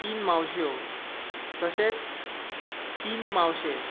तीन मावश्यो तशेंच तीन मावशे